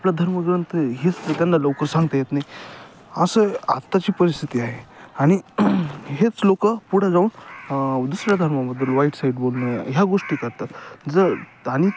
आपला धर्मग्रंथ आहे हेच त्यांना लवकरं सांगता येत नाही असं आत्ताची परिस्थिती आहे आणि हेच लोकं पुढं जाऊन दुसऱ्या धर्माबद्दल वाईट साईट बोलणं ह्या गोष्टी करतात जर आणि